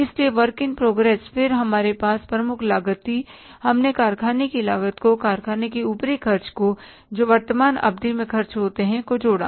इसलिए work in progress फिर हमारे पास प्रमुख लागत थी हमने कारखाने की लागत को कारखाने के ऊपरी खर्च को जो वर्तमान अवधि में खर्च होते हैं को जोड़ा